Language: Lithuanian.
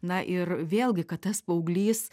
na ir vėlgi kad tas paauglys